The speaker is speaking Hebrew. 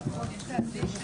הישיבה ננעלה בשעה 12:34.